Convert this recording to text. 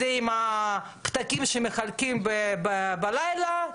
זה עם פתקים שמחלקים בלילה,